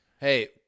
Hey